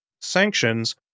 Sanctions